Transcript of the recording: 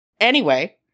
Anyway-